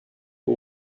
who